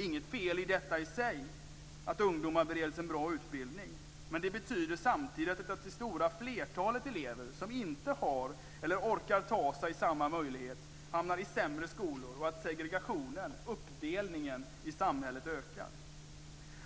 Inget fel i sig att ungdomar bereds en bra utbildning, men det betyder samtidigt att det stora flertalet elever som inte har eller orkar ta sig samma möjlighet hamnar i sämre skolor och att segregationen, uppdelningen, i samhället ökar.